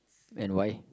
and why